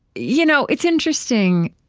you know, it's interesting.